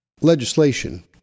legislation